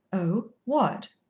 oh, what?